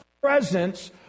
presence